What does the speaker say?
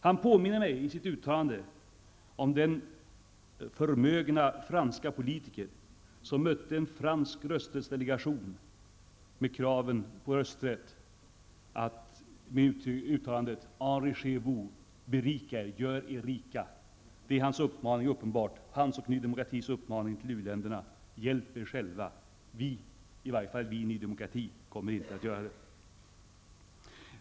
Han påminner mig i sitt uttalande om den förmögna franske politiker som mötte en fransk rösträttsdelegations krav på rösträtt med orden: ''Enrichissez vous!'' -- berika er, gör er rika. Uppenbarligen är hans och nydemokratis uppmaning till u-länderna: Hjälp er själva, vi -- i varje fall vi i nydemokrati, kommer inte att göra det.